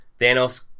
Thanos